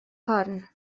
corn